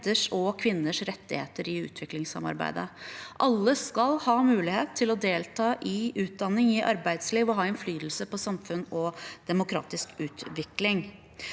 og kvinners rettigheter i utviklingssamarbeidet. Alle skal ha mulighet til å delta i utdanning og arbeidsliv og ha innflytelse på samfunn og demokratisk utvikling.